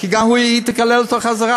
כי גם היא תקלל אותו בחזרה,